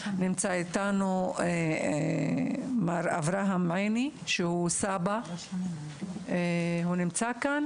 נמצא איתנו מר אברהם עיני, שהוא סבא, לילד שכזה.